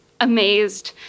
amazed